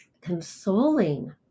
consoling